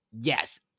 yes